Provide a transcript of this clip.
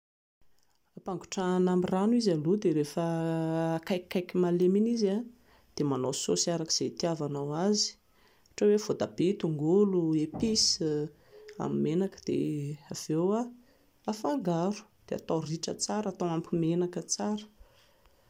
Ampangotrahina amin'ny rano izy aloha dia rehefa akaikikaiky malemy iny izy dia manao saosy arak'izay hitiavanao azy, ohatra hoe voatabia, tongolo, épices amin'ny menaka dia avy eo afangaro, dia hatao ritra tsara, hatao ampy menaka tsara